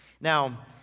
Now